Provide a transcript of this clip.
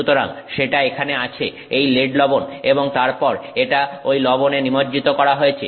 সুতরাং সেটা এখানে আছে এই লেড লবণ এবং তারপর এটা ঐ লবণে নিমজ্জিত করা হয়েছে